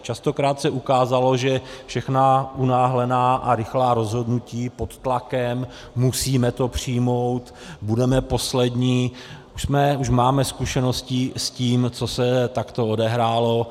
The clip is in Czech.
Častokrát se ukázalo, že všechna unáhlená a rychlá rozhodnutí pod tlakem, musíme to přijmout, budeme poslední, už máme zkušenosti s tím, co se takto odehrálo.